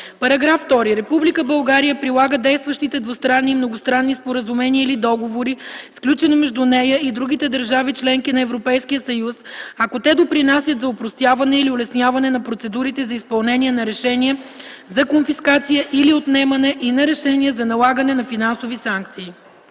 § 2: „§ 2. Република България прилага действащите двустранни и многостранни споразумения или договори, сключени между нея и другите държави – членки на Европейския съюз, ако те допринасят за опростяване или улесняване на процедурите за изпълнение на решения за конфискация или отнемане и на решения за налагане на финансови санкции.”